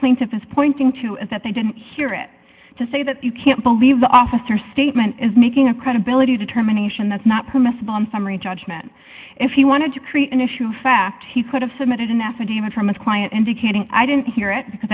plaintiff is pointing to is that they didn't hear it to say that you can't believe the officer statement is making a credibility determination that's not permissible on summary judgment if he wanted to create an issue fact he could have submitted an affidavit from his client indicating i didn't hear it because